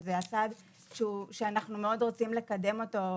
שזה הסעד שאנחנו מאוד רוצים לקדם אותו,